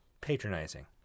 Patronizing